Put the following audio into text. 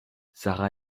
sara